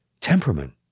temperament